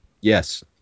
yes